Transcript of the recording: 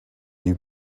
you